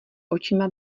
očima